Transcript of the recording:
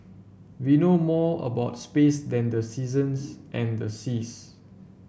we know more about space than the seasons and the seas